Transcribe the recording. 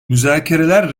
müzakereler